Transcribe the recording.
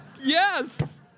Yes